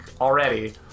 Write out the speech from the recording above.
already